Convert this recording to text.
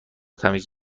تمیز